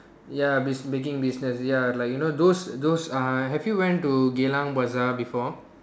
ya busi~ making business ya like you know those those uh have you went to Geylang bazaar before